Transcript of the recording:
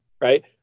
right